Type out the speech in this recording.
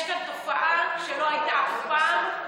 יש כאן תופעה שלא הייתה אף פעם,